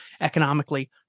economically